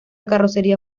carrocería